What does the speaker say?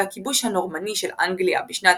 והכיבוש הנורמני של אנגליה בשנת